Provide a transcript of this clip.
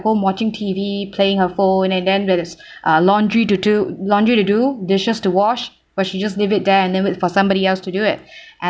home watching T_V playing her phone and then there is uh laundry to to laundry to do dishes to wash but she just leave it there and then wait for somebody else to do it